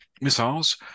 missiles